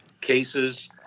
cases